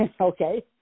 Okay